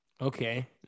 Okay